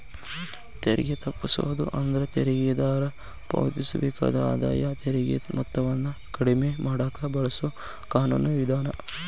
ತೆರಿಗೆ ತಪ್ಪಿಸೋದು ಅಂದ್ರ ತೆರಿಗೆದಾರ ಪಾವತಿಸಬೇಕಾದ ಆದಾಯ ತೆರಿಗೆ ಮೊತ್ತವನ್ನ ಕಡಿಮೆ ಮಾಡಕ ಬಳಸೊ ಕಾನೂನು ವಿಧಾನ